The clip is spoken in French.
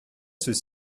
ceux